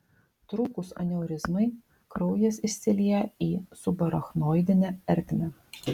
trūkus aneurizmai kraujas išsilieja į subarachnoidinę ertmę